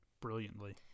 brilliantly